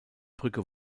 brücke